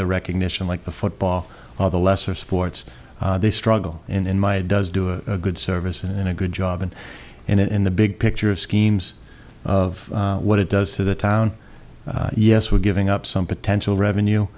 the recognition like the football or the lesser sports they struggle and in my does do a good service and a good job and in the big picture schemes of what it does to the town yes we're giving up some potential revenue